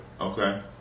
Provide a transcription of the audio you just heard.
Okay